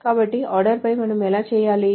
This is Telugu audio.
కాబట్టి ఆర్డర్పై మనము ఎలా చేయాలి